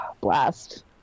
Blast